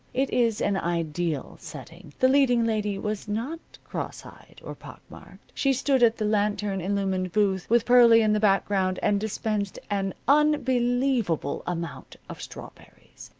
it is an ideal setting. the leading lady was not cross-eyed or pock-marked. she stood at the lantern-illumined booth, with pearlie in the background, and dispensed an unbelievable amount of strawberries.